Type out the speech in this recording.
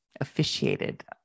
officiated